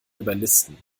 überlisten